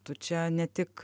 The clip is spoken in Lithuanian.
tu čia ne tik